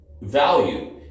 value